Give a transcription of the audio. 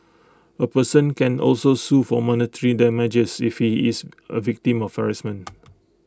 A person can also sue for monetary damages if he is A victim of harassment